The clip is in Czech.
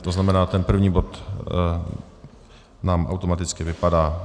To znamená, ten první bod nám automaticky vypadá.